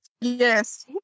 Yes